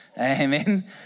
Amen